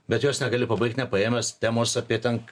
bet jos negali pabaigt nepaėmęs temos apie ten